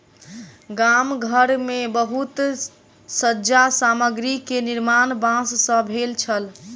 गाम घर मे बहुत सज्जा सामग्री के निर्माण बांस सॅ भेल छल